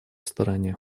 стороне